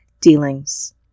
dealings